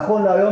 נכון להיום,